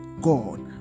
God